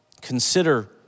Consider